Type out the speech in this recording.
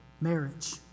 marriage